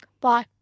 bye